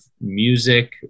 music